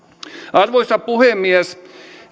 arvoisa puhemies